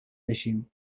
بشیم